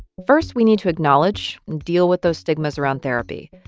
first, we need to acknowledge and deal with those stigmas around therapy,